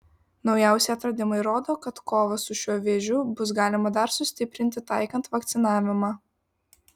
naujausi atradimai rodo kad kovą su šiuo vėžiu bus galima dar sustiprinti taikant vakcinavimą